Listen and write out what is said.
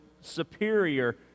superior